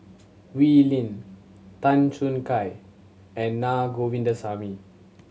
Wee Lin Tan Choo Kai and Naa Govindasamy